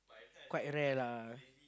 quite rare lah